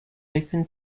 open